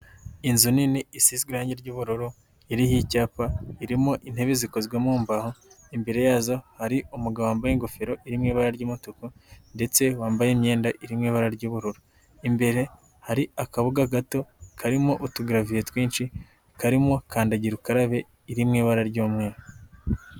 Inzu nini isize irangi ry'ubururu iriho icyapa irimo intebe zikozwemo mu mbaho, imbere yazo hari umugabo wambaye ingofero iri mu ibara ry'umutuku, ndetse wambaye imyenda iri mu ibara ry'ubururu, imbere hari akabuga gato karimo utugaraviye twinshi karimo kandagira ukarabe, iri mu ibara ry'umweru.